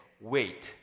wait